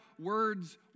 words